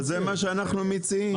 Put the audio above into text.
זה מה שאנחנו מציעים.